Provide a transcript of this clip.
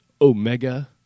Omega